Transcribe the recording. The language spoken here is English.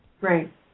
Right